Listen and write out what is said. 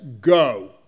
go